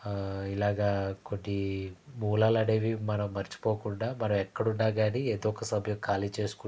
ఇలాగా కొన్ని మూలాలు అనేవి మనం మర్చిపోకుండా మనం ఎక్కడ ఉన్నాగాని ఏదొక సమయం ఖాళీ చేసుకుంటూ